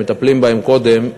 ומטפלים בהם קודם,